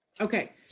Okay